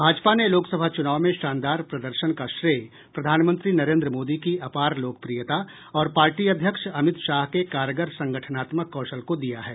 भाजपा ने लोकसभा चुनाव में शानदार प्रदर्शन का श्रेय प्रधानमंत्री नरेंद्र मोदी की अपार लोकप्रियता और पार्टी अध्यक्ष अमित शाह के कारगर संगठनात्मक कौशल को दिया है